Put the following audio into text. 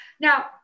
Now